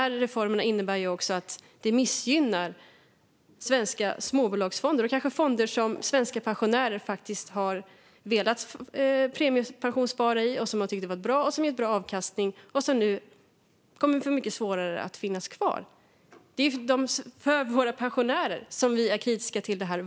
Reformerna innebär också att svenska småbolagsfonder missgynnas. Det är kanske fonder som svenska pensionärer har velat premiepensionsspara i, som de tyckt var bra och som har gett en bra avkastning. De kommer nu att få det mycket svårare att finnas kvar. Det är för våra pensionärer som vi är kritiska till detta.